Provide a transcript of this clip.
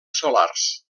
solars